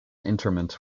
interment